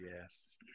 yes